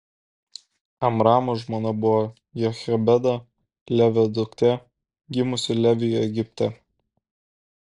amramo žmona buvo jochebeda levio duktė gimusi leviui egipte